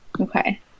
Okay